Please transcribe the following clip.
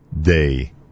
day